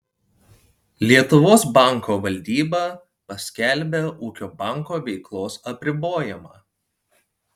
lietuvos banko valdyba paskelbė ūkio banko veiklos apribojimą